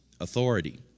authority